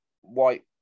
white